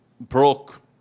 broke